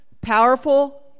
powerful